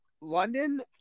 London